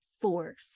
force